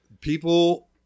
People